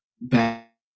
back